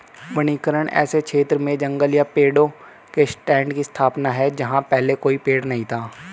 वनीकरण ऐसे क्षेत्र में जंगल या पेड़ों के स्टैंड की स्थापना है जहां पहले कोई पेड़ नहीं था